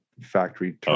factory